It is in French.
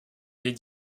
les